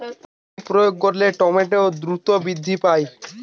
কি প্রয়োগ করলে টমেটো দ্রুত বৃদ্ধি পায়?